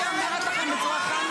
כל המשפחות,